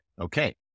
Okay